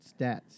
stats